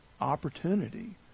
opportunity